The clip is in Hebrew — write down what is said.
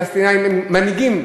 עם המנהיגים